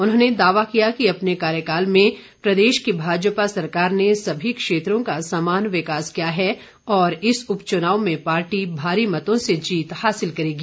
उन्होंने दावा किया कि अपने कार्यकाल में प्रदेश की भाजपा सरकार ने सभी क्षेत्रों का समान विकास किया है और इस उपचुनाव में पार्टी भारी मतों से जीत हासिल करेगी